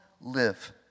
live